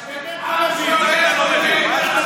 אתה באמת לא מבין.